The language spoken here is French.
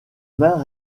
mains